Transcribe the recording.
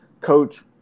Coach